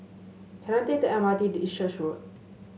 can I take the M R T to East Church Road